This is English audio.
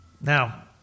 Now